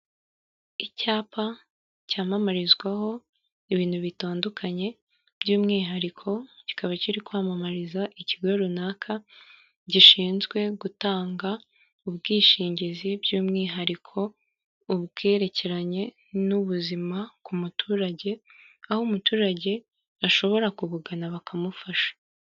Icyapa cyamamarizwaho ibintu bitandukanye by'umwihariko kikaba kiri kwamamariza ikigo runaka gishinzwe gutanga ubwishingizi by'umwihariko ubwerekeranye n'ubuzima ku muturage aho umuturage ashobora kubugana bakamufasha